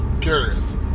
curious